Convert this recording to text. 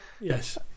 yes